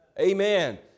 Amen